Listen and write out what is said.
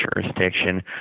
jurisdiction